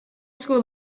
school